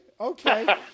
Okay